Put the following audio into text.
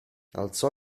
alzò